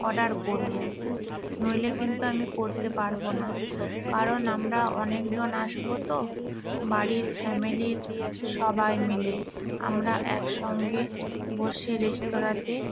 order করবো নইলে কিন্তু আমি করতে পারবো না কারণ আমরা অনেকজন আসবো তো বাড়ির ফ্যামেলির সবাই মিলে আমরা একসঙ্গে বসে রেস্তোরাঁতে